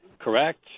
correct